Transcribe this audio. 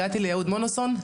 הגעתי ליהוד-מונוסון,